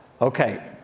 Okay